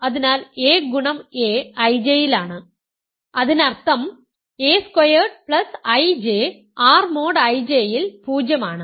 അതിനാൽ axa IJ യിലാണ് അതിനർത്ഥം a squared IJ R mod I J ൽ 0 ആണ്